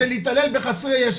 זה להתעלל בחסרי ישע.